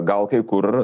gal kai kur